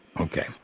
Okay